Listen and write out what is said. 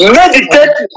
meditate